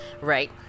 right